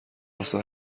واسه